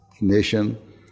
nation